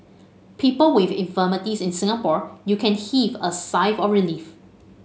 people with infirmities in Singapore you can heave a sigh of relief